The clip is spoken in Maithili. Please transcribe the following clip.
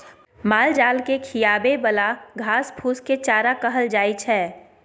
मालजाल केँ खिआबे बला घास फुस केँ चारा कहल जाइ छै